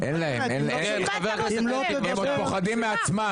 אין להם --- הם עוד פוחדים מעצמם,